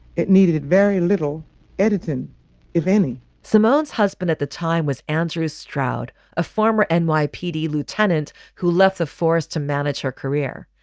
it needed very little editing if any surmounts husband at the time was answeris stroud, a former and nypd lieutenant who left the forest to manage her career.